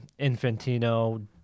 Infantino